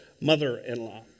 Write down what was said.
mother-in-law